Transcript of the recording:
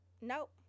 Nope